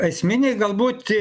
esminiai galbūt